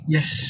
Yes